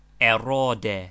Erode